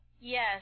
Yes